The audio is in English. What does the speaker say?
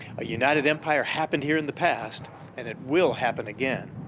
a united empire happened here in the past and it will happen again.